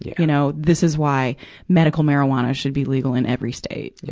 yeah you know, this is why medical marijuana should be legal in every state. yeah